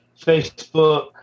Facebook